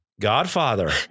Godfather